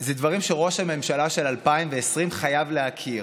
זה דברים שראש הממשלה של 2020 חייב להכיר: